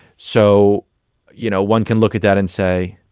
so you know, one can look at that and say,